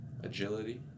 agility